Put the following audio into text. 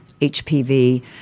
HPV